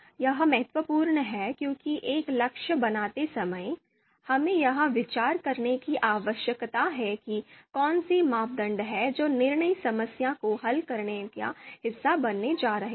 यह महत्वपूर्ण है क्योंकि एक लक्ष्य बनाते समय हमें यह विचार करने की आवश्यकता है कि कौन से मापदंड हैं जो निर्णय समस्या को हल करने का हिस्सा बनने जा रहे हैं